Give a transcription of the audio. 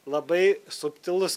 labai subtilus